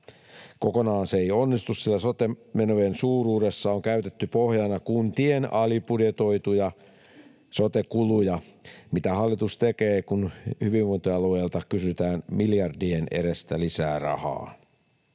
Kokonaan se ei onnistu, sillä sote-menojen suuruudessa on käytetty pohjana kuntien alibudjetoituja sote-kuluja. Mitä hallitus tekee, kun hyvinvointialueilta kysytään miljardien edestä lisää rahaa?